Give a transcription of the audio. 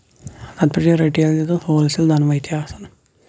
اَتہِ بَنن رِٹیل تہِ تہٕ ہول سیل تہٕ دۄنوٕے تہِ آسان